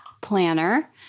planner